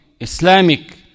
Islamic